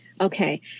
Okay